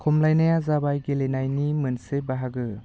खमलायनाया जाबाय गेलेनायनि मोनसे बाहागो